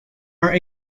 are